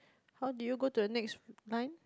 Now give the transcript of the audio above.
how do you go to the next line